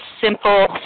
simple